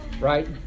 right